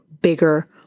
bigger